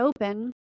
open